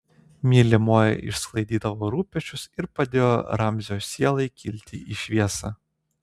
mylimoji išsklaidydavo rūpesčius ir padėjo ramzio sielai kilti į šviesą